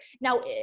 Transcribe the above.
Now